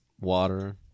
water